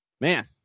man